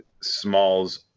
Smalls